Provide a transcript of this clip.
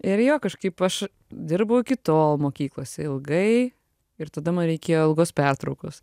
ir jo kažkaip aš dirbau iki tol mokyklose ilgai ir tada man reikėjo ilgos pertraukos